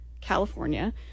California